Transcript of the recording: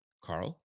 Carl